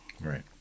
right